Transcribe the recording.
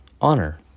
Honor